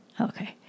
Okay